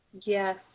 Yes